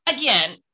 again